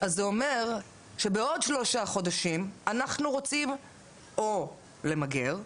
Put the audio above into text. אז זה אומר שבעוד שלושה חודשים אנחנו רוצים או למגר,